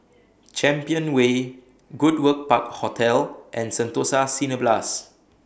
Champion Way Goodwood Park Hotel and Sentosa Cineblast